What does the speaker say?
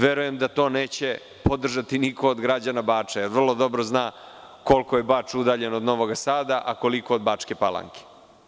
Verujem da to neće podržati niko od građana Bača jer vrlo dobro zna koliko je Bač udaljen od Novog Sada, a koliko od Bačke Palanke.